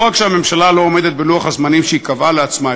לא רק שהממשלה לא עומדת בלוח-הזמנים שהיא קבעה לעצמה,